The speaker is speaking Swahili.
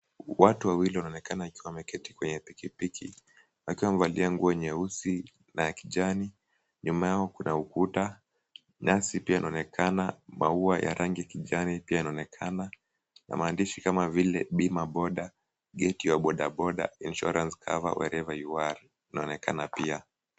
Watu wawili wanaonekana wakiwa wameketi kwenye pikipiki wakiwa wamevalia nguo nyeusi na ya kijani. Nyuma yao kuna ukuta, nyasi pia yaonekana maua ya rangi kijani pia yanaonekana na maandishi kama vile Bima Boda Get your bodaboda insurance cover wherever you are inaonekana pia.